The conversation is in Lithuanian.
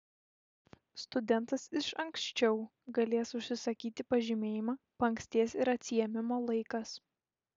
studentas iš ankščiau galės užsisakyti pažymėjimą paankstės ir atsiėmimo laikas